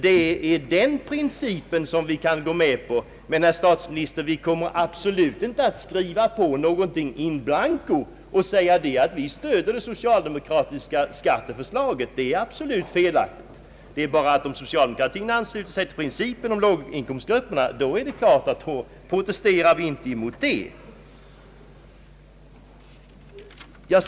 Det är den principen som vi kan gå med på men, herr statsminister, vi kommer absolut inte att skriva på något in blanco och säga att vi stöder det socialdemokratiska skatteförslaget. Om socialdemokratin emellertid ansluter sig till principen om lättnader för låginkomstgrupperna, så är det klart att vi inte protesterar.